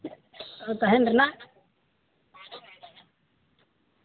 ᱛᱟᱦᱮᱱ ᱨᱮᱱᱟᱜ